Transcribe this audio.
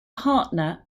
partner